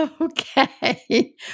Okay